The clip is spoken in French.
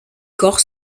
corps